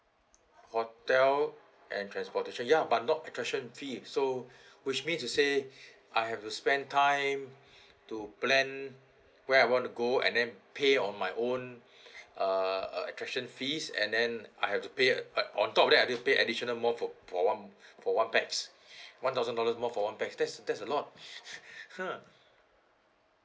hotel and transportation ya but not attraction fee so which mean to say I have to spend time to plan where I want to go and then pay on my own uh uh attraction fees and then I have to pay uh on top of that I need to pay additional more for for one for one pax one thousand dollar more for one pax that's that's a lot !huh!